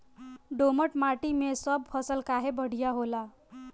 दोमट माटी मै सब फसल काहे बढ़िया होला?